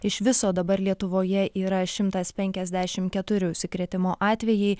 iš viso dabar lietuvoje yra šimtas penkiasdešimt keturi užsikrėtimo atvejai